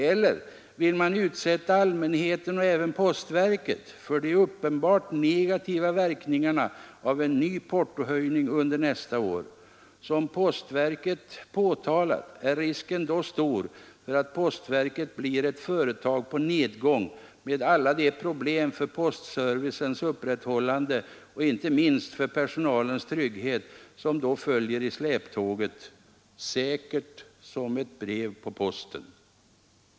Eller vill man utsätta allmänheten och även postverket för de uppenbart negativa verkningarna av en ny portohöjning under nästa år? Som postverket påtalat är risken då stor för att postverket blir ett företag på nedgång, med alla de problem för postservicens upprätthållande och inte minst för personalens trygghet som då följer i släptåg — säkert som ett brev på posten.